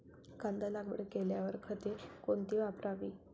कांदा लागवड केल्यावर खते कोणती वापरावी?